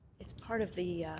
it's part of the